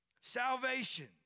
Salvation